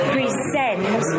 Present